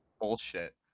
bullshit